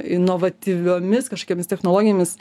inovatyviomis kažkokiomis technologijomis